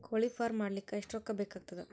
ಕೋಳಿ ಫಾರ್ಮ್ ಮಾಡಲಿಕ್ಕ ಎಷ್ಟು ರೊಕ್ಕಾ ಬೇಕಾಗತದ?